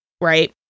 right